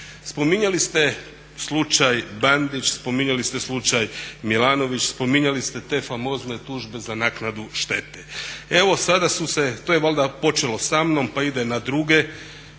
Spominjali ste slučaj Bandić, spominjali ste slučaj Milanović, spominjali ste te famozne tužbe za naknadu štete. Evo sada su se, to je valjda počelo sa mnom pa ide na druge